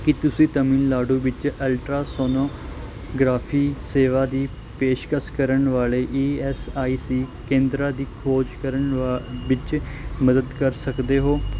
ਕੀ ਤੁਸੀਂ ਤਾਮਿਲਨਾਡੂ ਵਿੱਚ ultra sonography ਸੇਵਾ ਦੀ ਪੇਸ਼ਕਸ਼ ਕਰਨ ਵਾਲੇ ਈ ਐੱਸ ਆਈ ਸੀ ਕੇਂਦਰਾਂ ਦੀ ਖੋਜ ਕਰਨ ਵ ਵਿੱਚ ਮਦਦ ਕਰ ਸਕਦੇ ਹੋ